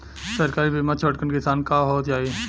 सरकारी बीमा छोटकन किसान क हो जाई?